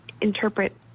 interpret